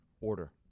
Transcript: order